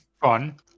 Fun